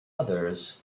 others